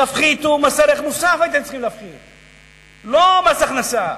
תפחיתו מס ערך מוסף, לא מס הכנסה.